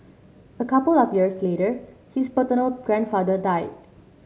a couple of years later his paternal grandfather died